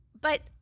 But-